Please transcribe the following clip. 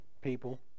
people